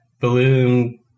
Balloon